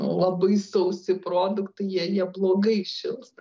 labai sausi produktai jie jie blogai šils